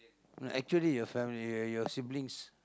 actually your family your your your siblings